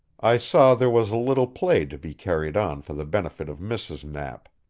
i saw there was a little play to be carried on for the benefit of mrs. knapp.